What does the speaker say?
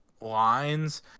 lines